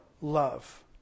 love